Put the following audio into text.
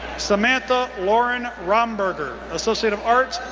samantha lauren romberger, associate of arts,